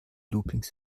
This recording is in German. loopings